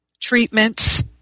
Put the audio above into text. treatments